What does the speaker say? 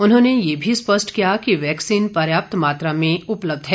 उन्होंने यह भी स्पष्ट किया कि वैक्सीन पर्याप्त मात्रा में उपलब्ध है